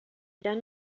done